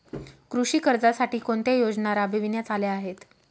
कृषी कर्जासाठी कोणत्या योजना राबविण्यात आल्या आहेत?